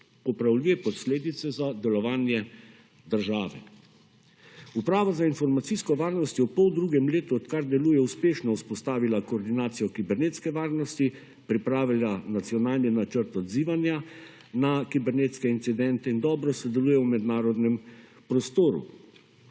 popravljive posledice za delovanje države. Uprava za informacijsko varnost je v pol drugem letu, od kadar deluje uspešno vzpostavila koordinacijo kibernetske varnosti pripravila nacionalni načrt odzivanja na kibernetske incidente in dobro sodeluje v mednarodnem 14.